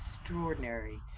extraordinary